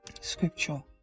scripture